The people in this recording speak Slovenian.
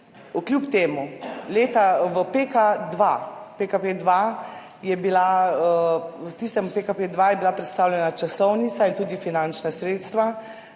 je tega. V tistem PKP 2 je bila predstavljena časovnica in tudi finančna sredstva,